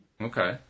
Okay